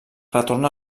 retorna